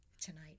Tonight